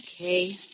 Okay